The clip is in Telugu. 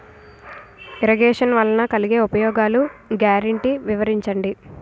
ఇరగేషన్ వలన కలిగే ఉపయోగాలు గ్యారంటీ వివరించండి?